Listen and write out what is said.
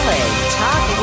Talk